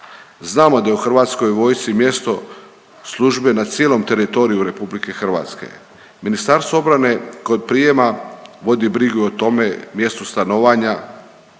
Znamo da je u hrvatskoj vojsci mjesto službe na cijelom teritoriju RH. Ministarstvo obrane kod prijema vodi brigu i o tome mjestu stanovanja,